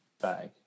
bag